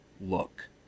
look